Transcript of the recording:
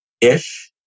ish